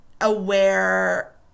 aware